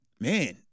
Man